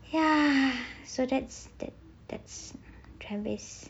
ya so that's that that's travis